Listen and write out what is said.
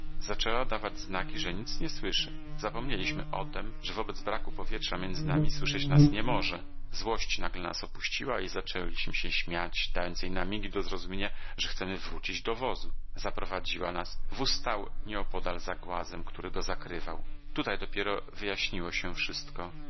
zaczęła dawać znaki że nic nie słyszy zapomnieliśmy o tem że wobec braku powietrza między nami słyszeć nas nie może złość nagle nas opuściła i zaczęliśmy się śmiać dając jej na migi do zrozumienia że chcemy wrócić do wozu zaprowadziła nas wóz stal nieopodal za głazem który go zakrywał tutaj dopiero wyjaśniło się wszystko